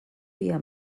via